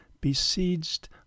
besieged